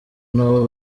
nabo